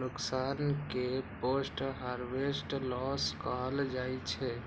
नुकसान कें post harvest loss कहल जाइ छै